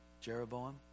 Jeroboam